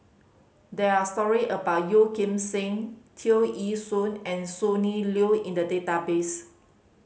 there're story about Yeo Kim Seng Tear Ee Soon and Sonny Liew in the database